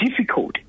difficult